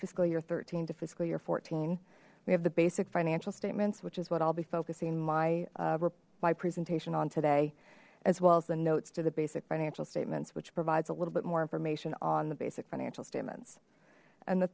scal year thirteen to fiscal year fourteen we have the basic financial statements which is what i'll be focusing my presentation on today as well as the notes to the basic financial statements which provides a little bit more information on the basic financial statements and the